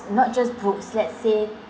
not just books let's say